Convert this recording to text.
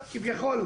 כביכול,